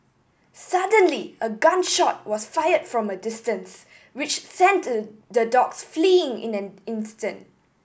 suddenly a gun shot was fired from a distance which sent the dogs fleeing in an instant